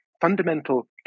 fundamental